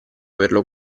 averlo